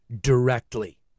directly